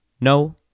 no